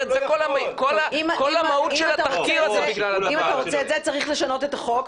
כל המהות של התחקיר זה --- אם אתה רוצה את זה צריך לשנות את החוק.